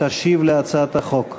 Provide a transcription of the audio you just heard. תשיב על הצעת החוק.